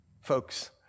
Folks